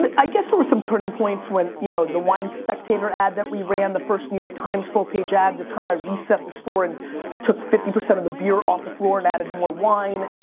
i guess there were some turning points when you know the wine spectator ad that we ran, the first new york times full page ad, the time i reset the score and took fifty percent of the beer off the floor and added more wine,